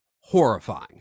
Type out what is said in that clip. horrifying